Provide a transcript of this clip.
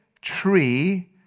tree